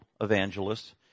evangelists